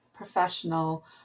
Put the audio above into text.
Professional